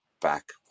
back